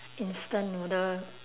instant noodle